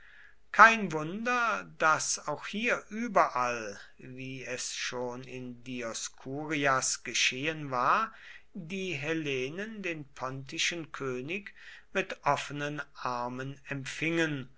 kein wunder daß auch hier überall wie es schon in dioskurias geschehen war die hellenen den pontischen könig mit offenen armen empfingen